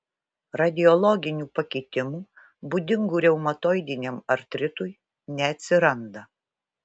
radiologinių pakitimų būdingų reumatoidiniam artritui neatsiranda